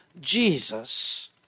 Jesus